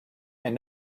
and